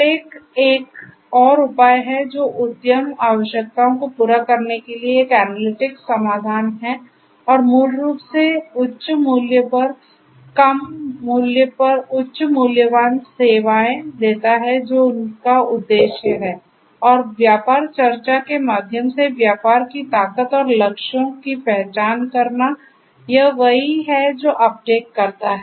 Uptake एक और उपाय है जो उद्यम आवश्यकताओं को पूरा करने के लिए एक एनालिटिक्स समाधान है और मूल रूप से उच्च मूल्य पर कम मूल्य पर उच्च मूल्यवान सेवाएं देता है जो कि उनका उद्देश्य है और व्यापार चर्चा के माध्यम से व्यापार की ताकत और लक्ष्यों की पहचान करना यह वही है जो अपटेक करता है